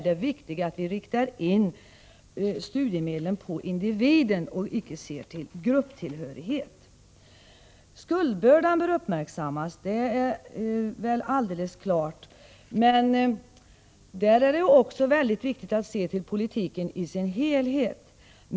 Det viktiga är att vi riktar in studiemedlen på individen och icke ser till grupptillhörighet. Att skuldbördan bör uppmärksammas är alldeles klart. Men också i det sammanhanget är det mycket angeläget att se till politiken i dess helhet.